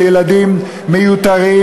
של ילדים מיותרים,